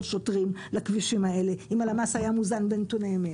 שוטרים לכבישים האלה אם הלמ"ס היה מוזן בנתוני אמת.